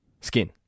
Skin